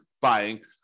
buying